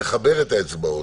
לחבר את האצבעות,